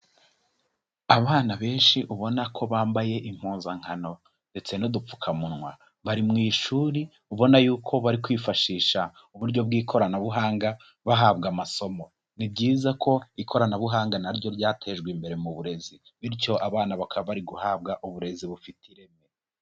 Abana benshi ubona ko bambaye impuzankano ndetse n'udupfukamunwa, bari mu ishuri ubona yuko bari kwifashisha uburyo bw'ikoranabuhanga bahabwa amasomo, ni byiza ko ikoranabuhanga naryo ryatejwe imbere mu burezi, bityo abana bakaba bari guhabwa uburezi bufite ireme.